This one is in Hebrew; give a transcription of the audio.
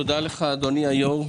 תודה לך, אדוני היושב-ראש.